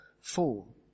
fall